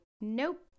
nope